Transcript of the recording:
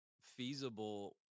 feasible